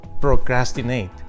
procrastinate